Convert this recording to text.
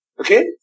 Okay